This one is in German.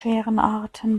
scherenarten